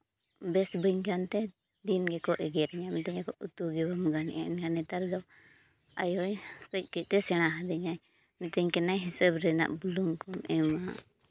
ᱵᱮᱥ ᱵᱟᱹᱧ ᱜᱟᱱᱛᱮ ᱫᱤᱱ ᱜᱮᱠᱚ ᱮᱜᱮᱨᱤᱧᱟ ᱢᱮᱛᱟᱹᱧ ᱟᱠᱚ ᱩᱛᱩ ᱜᱮᱵᱟᱢ ᱜᱟᱱᱮᱫᱼᱟ ᱱᱮᱛᱟᱨ ᱫᱚ ᱟᱭᱳ ᱠᱟᱹᱡ ᱠᱟᱹᱡᱛᱮ ᱥᱮᱬᱟ ᱟᱹᱫᱤᱧᱟ ᱢᱤᱛᱟᱹᱧ ᱠᱟᱱᱟᱭ ᱦᱤᱥᱟᱹᱵᱽ ᱨᱮᱱᱟᱜ ᱵᱩᱞᱩᱝ ᱠᱚᱢ ᱮᱢᱟ